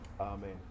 Amen